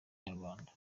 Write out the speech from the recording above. nyarwanda